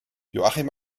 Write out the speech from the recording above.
joachim